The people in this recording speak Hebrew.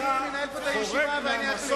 אני מנהל פה את הישיבה ואני אחליט.